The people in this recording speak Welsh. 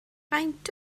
faint